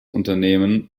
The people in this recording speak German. unternehmen